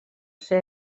ser